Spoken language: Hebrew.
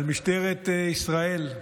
על משטרת ישראל,